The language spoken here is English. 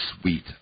sweet